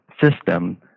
system